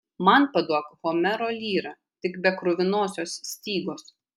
man paduok homero lyrą tik be kruvinosios stygos